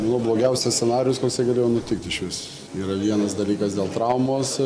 nu blogiausias scenarijus koksai galėjo nutikt išvis yra vienas dalykas dėl traumos